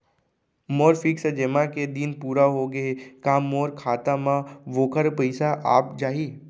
मोर fix जेमा के दिन पूरा होगे हे का मोर खाता म वोखर पइसा आप जाही?